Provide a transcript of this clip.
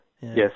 yes